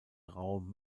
raum